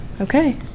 Okay